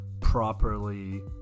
properly